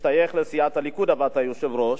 שמשתייך לסיעת הליכוד, אבל אתה יושב-ראש?